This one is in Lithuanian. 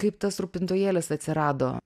kaip tas rūpintojėlis atsirado